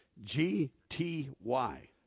G-T-Y